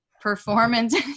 performance